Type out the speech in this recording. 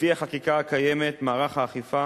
לפי החקיקה הקיימת, מערך האכיפה